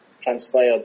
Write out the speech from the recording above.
transpired